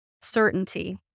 certainty